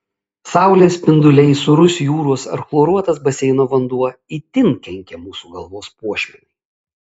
saulės spinduliai sūrus jūros ar chloruotas baseino vanduo itin kenkia mūsų galvos puošmenai